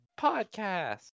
Podcast